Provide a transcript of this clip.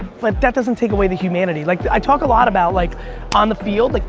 but that doesn't take away the humanity. like i talk a lot about, like on the field, like